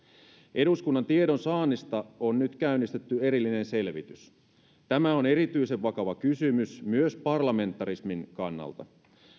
eduskunnan tiedonsaannista on nyt käynnistetty erillinen selvitys tämä on erityisen vakava kysymys myös parlamentarismin kannalta